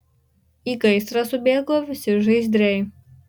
į gaisrą subėgo visi žaizdriai